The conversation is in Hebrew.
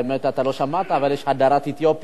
האמת, אתה לא שמעת, אבל יש הדרת אתיופים.